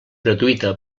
gratuïta